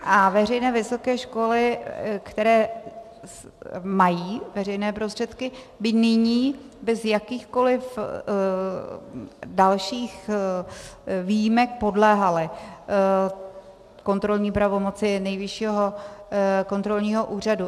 A veřejné vysoké školy, které mají veřejné prostředky, by nyní bez jakýchkoliv dalších výjimek podléhaly kontrolní pravomoci Nejvyššího kontrolního úřadu.